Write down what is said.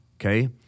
okay